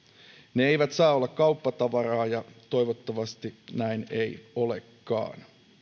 ne eivät saa olla kauppatavaraa ja toivottavasti näin ei olekaan